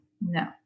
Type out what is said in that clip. No